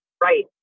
Right